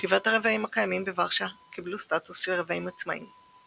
שבעת הרבעים הקיימים בוורשה קיבלו סטטוס של רבעים עצמאיים.